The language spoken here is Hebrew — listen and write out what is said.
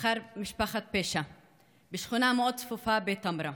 אחר משפחת פשע בשכונה מאוד צפופה בטמרה.